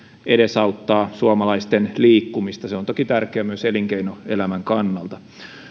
edesauttaa suomalaisten liikkumista se on toki tärkeää myös elinkeinoelämän kannalta